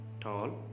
tall